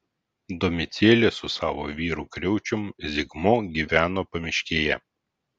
domicėlė su savo vyru kriaučium zigmu gyveno pamiškėje